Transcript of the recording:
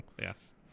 Yes